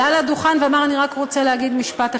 עלה לדוכן ואמר: אני רק רוצה להגיד משפט אחד,